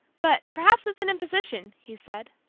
but perhaps that's an imposition, he said.